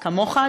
כמוך,